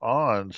on